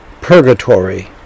purgatory